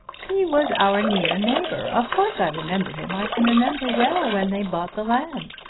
he was our near neighbour. of course i remember him. i can remember well when they bought the land.